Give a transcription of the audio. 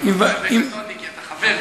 כי אתה חבר,